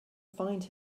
find